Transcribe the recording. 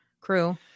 crew